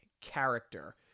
character